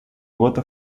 gota